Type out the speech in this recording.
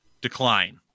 decline